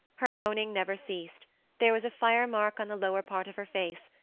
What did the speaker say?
her moaning never ceased there was a fire-mark on the lower part of her face,